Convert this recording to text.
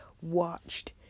watched